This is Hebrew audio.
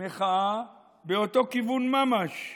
מחאה באותו כיוון ממש,